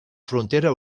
frontera